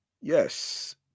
yes